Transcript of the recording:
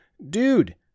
Dude